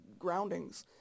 groundings